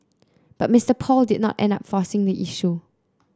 but Mister Paul did not end up forcing the issue